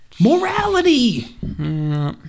morality